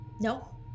no